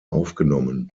aufgenommen